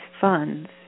funds